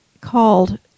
called